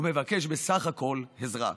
ומבקש בסך הכול עזרה.